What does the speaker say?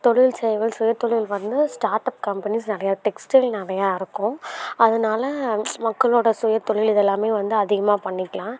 தொழில் செய்வோர் சிறுத்தொழில் வந்து ஸ்டார்டப் கம்பெனிஸ் நிறைய டெக்ஸ்டைல் நிறையா இருக்கும் அதனால மக்களோட சுயதொழில் இது எல்லாமே வந்து அதிகமாக பண்ணிக்கலாம்